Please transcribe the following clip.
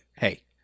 hey